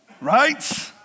Right